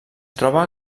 troba